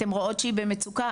אתן רואות שהיא במצוקה,